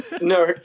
No